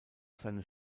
seines